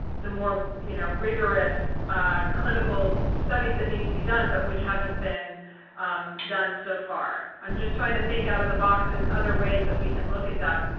the more, you know, rigorous clinical studies that need to be done, but which haven't been done so far? i'm just trying to think out of the box, and other ways that we can look at that,